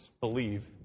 believe